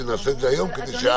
שנעשה את זה היום כדי --- אדוני,